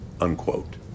Unquote